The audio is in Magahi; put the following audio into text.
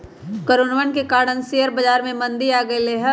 कोरोनवन के कारण शेयर बाजार में मंदी आ गईले है